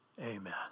Amen